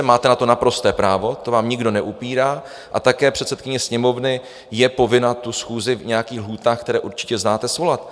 Máte na to naprosté právo, to vám nikdo neupírá, a také předsedkyně Sněmovny je povinna tu schůzi v nějakých lhůtách, které určitě znáte, svolat.